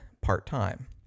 part-time